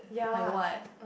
like what